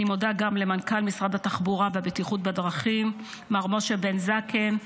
אני מודה גם למנכ"ל משרד התחבורה והבטיחות בדרכים מר משה בן זקן,